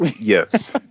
Yes